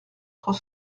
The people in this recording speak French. trois